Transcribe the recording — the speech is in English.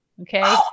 okay